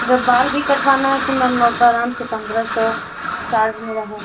जब बाल भी कटवाना है तो मैम अब आराम से पंद्रह सौ चार्ज मेरा है